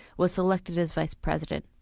was selected as vice-president.